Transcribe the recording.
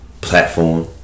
platform